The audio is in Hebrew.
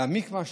להעמיק משהו,